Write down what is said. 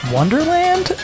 Wonderland